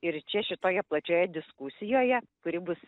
ir čia šitoje plačioje diskusijoje kuri bus